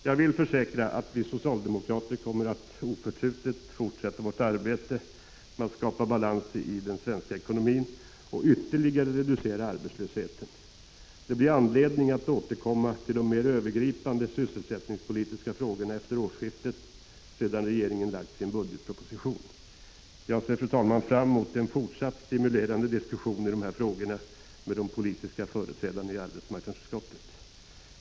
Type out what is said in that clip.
Jag försäkrar att vi socialdemokrater oförtrutet kommer att fortsätta vårt arbete med att skapa balans i den svenska ekonomin och ytterligare reducera arbetslösheten. Det blir anledning att återkomma till de mer övergripande sysselsättningspolitiska frågorna efter årsskiftet, sedan regeringen lagt fram sin budgetproposition. Jag ser, fru talman, fram mot en fortsatt stimulerande diskussion i dessa frågor med de politiska företrädarna i arbetsmarknadsutskottet.